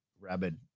rabid